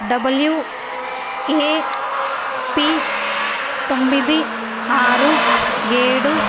WAP తొమ్మిది ఆరు ఏడు